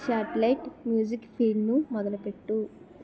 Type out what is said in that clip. satellite music ఫీడ్ను మొదలుపెట్టు